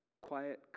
quiet